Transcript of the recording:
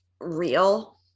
real